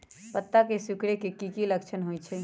पत्ता के सिकुड़े के की लक्षण होइ छइ?